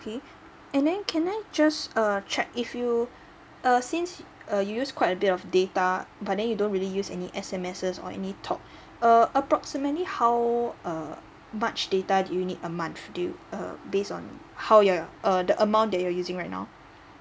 okay and then can I just uh check if you uh since uh you use quite a bit of data but then you don't really use any S_M_Ses or any talk uh approximately how uh much data do you need a month do you uh based on how you're uh the amount that you are using right now